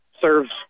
serves